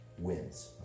wins